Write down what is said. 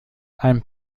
ein